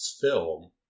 film